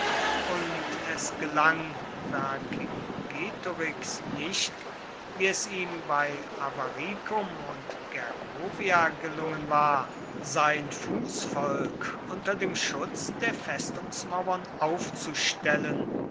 und es gelang vercingetorix nicht wie es ihm bei avaricum und gergovia gelungen war sein fußvolk unter dem schutz der festungsmauern aufzustellen